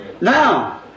Now